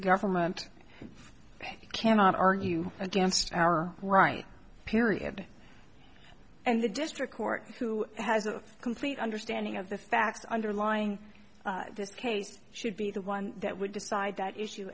government you cannot argue against our right period and the district court who has a complete understanding of the facts underlying this case should be the one that would decide that issue